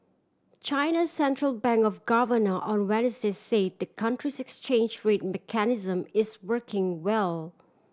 China central bank of governor on Wednesday say the country's exchange rate mechanism is working well